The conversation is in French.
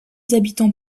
habitants